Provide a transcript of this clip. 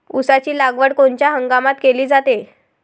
ऊसाची लागवड कोनच्या हंगामात केली जाते?